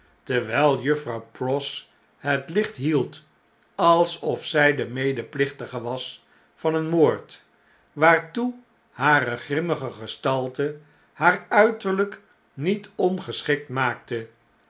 terwjjl juffrouw pross bet licht hield alsof zij de medeplichtige was van een moord waartoe hare grimmige gestalte haar uiterljjk niet ongeschikt maakte